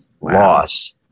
loss